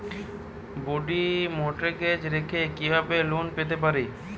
বাড়ি মর্টগেজ রেখে কিভাবে লোন পেতে পারি?